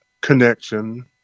connection